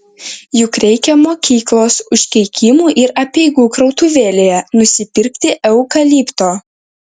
juk reikia mokyklos užkeikimų ir apeigų krautuvėlėje nusipirkti eukalipto